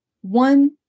one